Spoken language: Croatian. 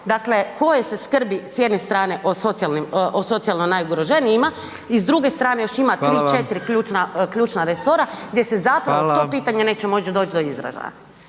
resora koje se skrbi s jedne strane o socijalno najugroženijima i s druge strane, još ima 3, 4 ključna resora gdje se zato to pitanje neće moći doći do izražaja.